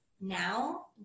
now